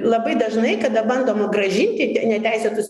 labai dažnai kada bandoma grąžinti neteisėtus